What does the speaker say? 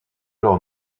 alors